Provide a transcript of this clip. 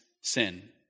sin